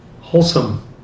wholesome